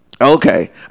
okay